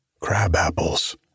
crabapples